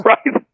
Right